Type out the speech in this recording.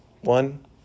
One